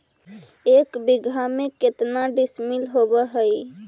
एक बीघा में केतना डिसिमिल होव हइ?